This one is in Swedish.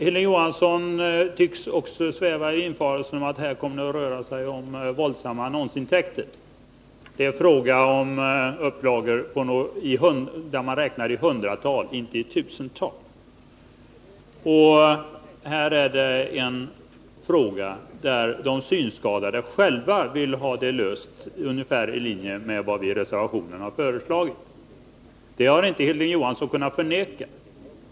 Hilding Johansson tycks också sväva i villfarelsen att det här kommer att röra sig om våldsamma annonsintäkter. Det är fråga om upplagor där man räknar i hundratal, inte i tusental. Detta är en fråga som de synskadade själva vill ha löst ungefär i enlighet med vad vi föreslagit i reservationen. Det har Hilding Johansson inte kunnat förneka.